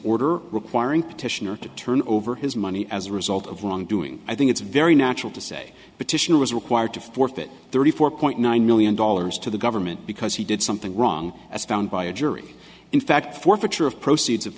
order requiring petitioner to turn over his money as a result of wrongdoing i think it's very natural to say petitioner was required to forfeit thirty four point nine million dollars to the government because he did something wrong as found by a jury in fact forfeiture of proceeds of